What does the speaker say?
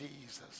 Jesus